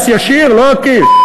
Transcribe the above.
מס ישיר, לא עקיף.